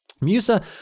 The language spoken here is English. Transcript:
Musa